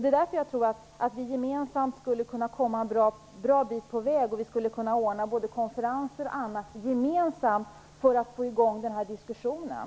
Det är därför som jag tror att vi skulle kunna komma en bra bit på väg om vi gemensamt anordnade konferenser och annat för att få i gång den här diskussionen.